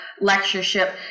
lectureship